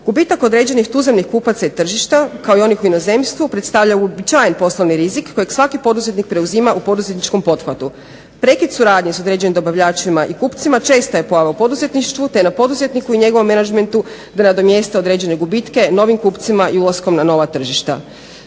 gubitak određenih tuzemnih kupaca i tržišta kao i onih u inozemstvu predstavlja uobičajen poslovni rizik kojeg svaki poduzetnik preuzima u poduzetničkom pothvatu. Prekid suradnje s određenim dobavljačima i kupcima česta je pojava u poduzetništvu, te je na poduzetniku i njegovom menadžmentu da nadomjeste određene gubitke novim kupcima i ulaskom na nova tržišta.